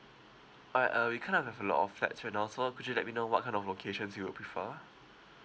i~ uh we kind of have a lot of flats right now so could you let me know what kind of locations you would prefer